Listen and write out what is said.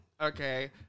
Okay